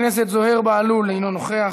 חברת הכנסת עליזה לביא, אינה נוכחת,